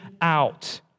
out